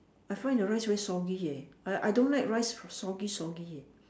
I find the rice very soggy eh I I don't like rice soggy soggy eh